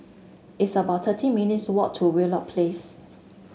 it's about thirty minutes' walk to Wheelock Place